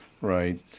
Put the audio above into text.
right